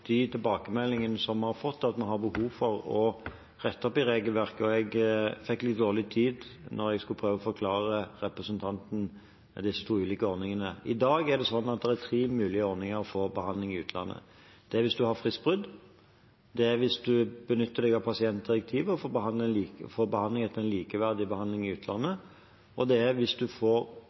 vi har behov for å rette opp i regelverket. Jeg fikk litt dårlig tid da jeg skulle prøve å forklare representanten de to ulike ordningene. I dag er det tre mulige ordninger for behandling i utlandet. Det er hvis man har fristbrudd, det er hvis man benytter seg av pasientdirektivet og får behandling etter likeverdig behandling i utlandet, og det er hvis man i systemet for behandling i utlandet får